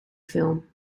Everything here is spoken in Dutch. film